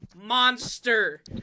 monster